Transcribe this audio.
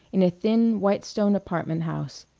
in a thin, white-stone apartment house,